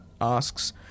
asks